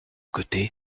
côté